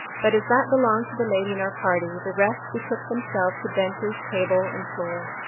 but as that belonged to the lady in our party, the rest betook themselves to benches, table, and floor.